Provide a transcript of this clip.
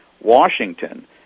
Washington